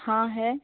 हाँ है